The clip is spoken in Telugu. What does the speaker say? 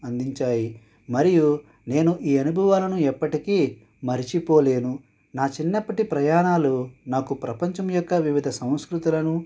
మరియు నేను ఈ అనుభవాలను ఎప్పటికీ మరిచిపోలేను నా చిన్నప్పటి ప్రయాణాలు నాకు ప్రపంచం యొక్క వివిధ సంస్కృతులను